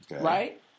right